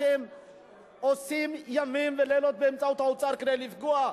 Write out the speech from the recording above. אתם עושים ימים ולילות באמצעות האוצר כדי לפגוע.